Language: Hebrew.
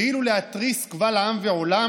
כאילו להתריס קבל עם ועולם: